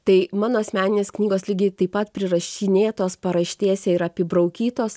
tai mano asmeninės knygos lygiai taip pat prirašinėtos paraštėse ir apibraukytos